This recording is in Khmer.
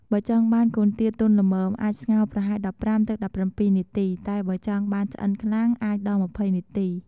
បើចង់បានកូនទាទន់ល្មម អាចស្ងោរប្រហែល ១៥-១៧ នាទី តែបើចង់បានឆ្អិនខ្លាំង អាចដល់ ២០ នាទី។